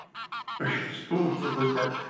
so what was the first part?